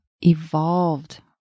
evolved